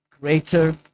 greater